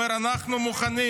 הוא אומר: אנחנו מוכנים.